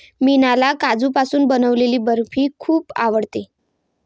मीनाला काजूपासून बनवलेली बर्फी खूप आवडते